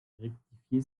rectifié